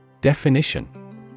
Definition